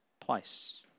place